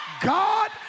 God